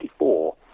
1964